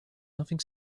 nothing